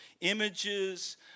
images